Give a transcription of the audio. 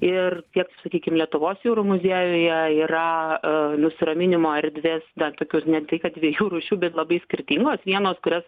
ir tiek sakykim lietuvos jūrų muziejuje yra raminimo erdvės tokios ne tai kad dviejų rūšių bet labai skirtingos vienos kurias